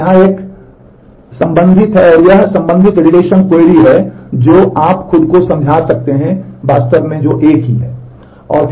तो यहाँ एक संबंधित है यहाँ संबंधित रिलेशन क्वेरी है जो आप खुद को समझा सकते हैं वास्तव में एक ही है